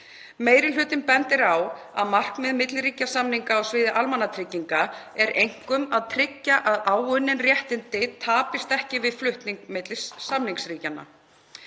Meiri hlutinn bendir á að markmið milliríkjasamninga á sviði almannatrygginga er einkum að tryggja að áunnin réttindi tapist ekki við flutning milli samningsríkjanna.